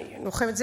אני לא חייבת,